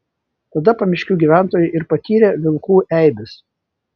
tada pamiškių gyventojai ir patyrė vilkų eibes